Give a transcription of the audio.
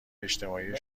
اجتماعی